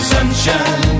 Sunshine